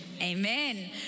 Amen